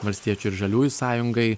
valstiečių ir žaliųjų sąjungai